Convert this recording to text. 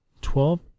Twelve